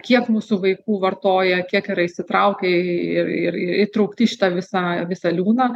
kiek mūsų vaikų vartoja kiek yra įsitraukę į ir ir įtraukti į šitą visą visą liūną